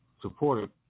supported